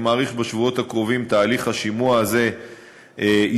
אני מעריך שבשבועות הקרובים תהליך השימוע הזה יסתיים,